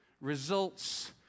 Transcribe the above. results